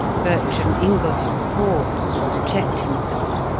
bertram ingledew paused and checked himself.